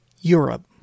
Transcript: Europe